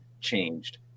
changed